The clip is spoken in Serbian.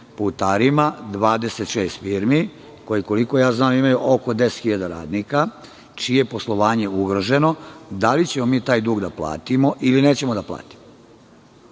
putarima 26 firmi, koje koliko ja znam imaju oko 10.000 radnika čije je poslovanje ugroženo? Da li ćemo mi taj dug da platimo ili nećemo da platimo? Ukoliko